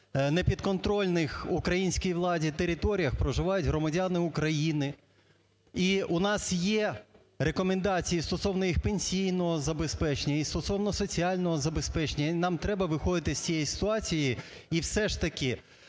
непідконтрольних українській владі територіях проживають громадяни України. І у нас є рекомендації стосовно їх пенсійного забезпечення і стосовно соціального забезпечення. І нам треба виходити з цієї ситуації і все ж таки